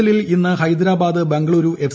എല്ലിൽ ഇന്ന് ഹൈദരാബാദ് ബംഗളുരു എഫ്